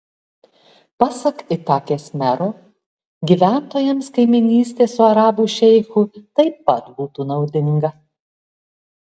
pasak itakės mero gyventojams kaimynystė su arabų šeichu taip pat būtų naudinga